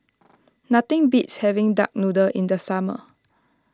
nothing beats having Duck Noodle in the summer